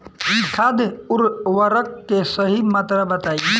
खाद उर्वरक के सही मात्रा बताई?